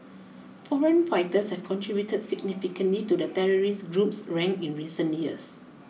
foreign fighters have contributed significantly to the terrorist group's ranks in recent years